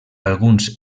alguns